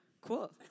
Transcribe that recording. Cool